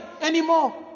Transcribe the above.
anymore